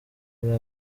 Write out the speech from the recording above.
muri